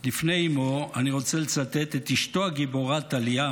לפני אימו אני רוצה לצטט את אשתו הגיבורה טליה,